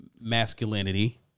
masculinity